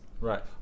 right